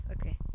Okay